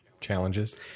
challenges